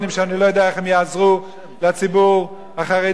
שאני לא יודע איך הם יעזרו לציבור החרדי,